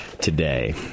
today